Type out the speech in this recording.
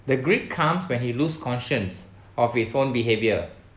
the greed come when he lose conscious of his own behaviour